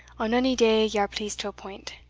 on ony day ye are pleased to appoint.